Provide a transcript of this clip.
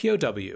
POW